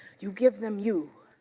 you give them you,